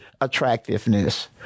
attractiveness